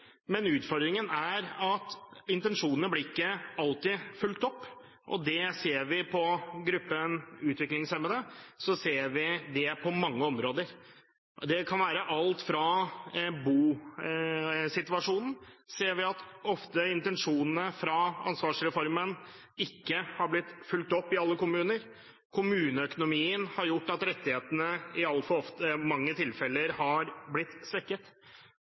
men utfordringen er at intensjonene ikke alltid blir fulgt opp. Når det gjelder gruppen utviklingshemmede, ser vi det på mange områder. Det kan være bosituasjonen, for her ser vi at intensjonene fra ansvarsreformen ikke har blitt fulgt opp i alle kommuner. Kommuneøkonomien har gjort at rettighetene i altfor mange tilfeller har blitt svekket.